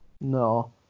No